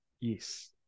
Yes